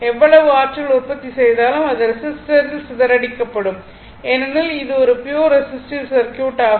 எவ்வளவு ஆற்றல் உற்பத்தி செய்தாலும் அது ரெஸிஸ்டரில் சிதறடிக்கப்படும் ஏனெனில் இது ஒரு ப்யுர் ரெசிஸ்டிவ் சர்க்யூட் ஆகும்